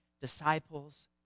disciples